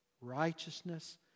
righteousness